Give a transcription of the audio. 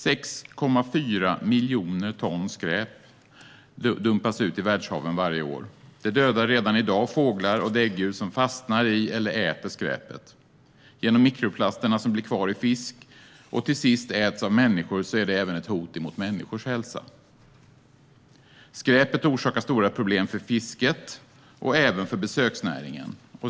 6,4 miljoner ton skräp dumpas i världshaven varje år. Det dödar redan i dag fåglar och däggdjur som fastnar i eller äter skräpet. Genom mikroplasterna som blir kvar i fisk och till sist äts av människor är det även ett hot mot människors hälsa. Skräpet orsakar stora problem för fisket och även för besöksnäringen.